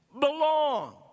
belong